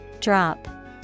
Drop